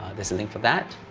there's a link for that.